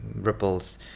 ripples